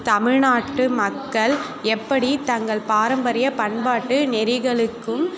தமிழ்நாட்டு மக்கள் எப்படி தங்கள் பாரம்பரிய பண்பாட்டு நெறிகளுக்கும்